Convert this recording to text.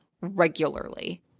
regularly